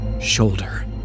shoulder